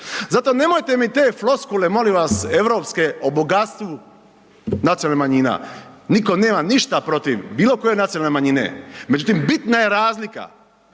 Zato nemojte mi te floskule, molim vas o bogatstvu nacionalnih manjina. Nitko nema ništa protiv bilokoje nacionalne manjine međutim bitna je razlika